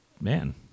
man